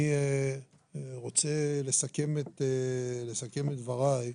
אני רוצה לסכם את דבריי.